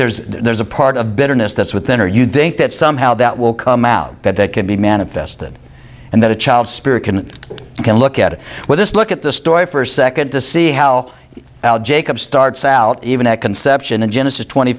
there's there's a part of bitterness that's within or you think that somehow that will come out that that can be manifested and that a child spirit can you can look at it with this look at the story for a second to see how jacob starts out even at conception in genesis twenty